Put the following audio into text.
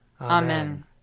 Amen